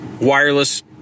wireless